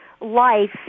life